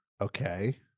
okay